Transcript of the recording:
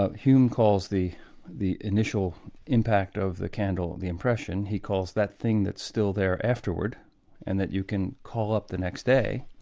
hume calls the the initial impact of the candle, the impression, he calls that thing that's still there afterward and that you can call up the next day,